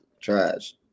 trash